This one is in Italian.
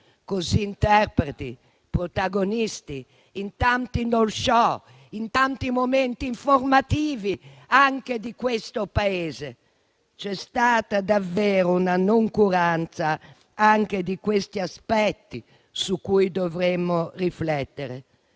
così interpreti e protagonisti in tanti *talk show* e in tanti momenti informativi anche di questo Paese. C'è stata davvero una noncuranza di questi aspetti, su cui dovremmo riflettere.